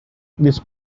this